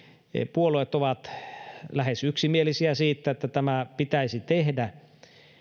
puolueet ovat lähes yksimielisiä siitä että tämä pitäisi tehdä